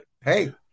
hey –